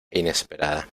inesperada